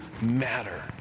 matter